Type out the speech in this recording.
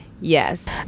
Yes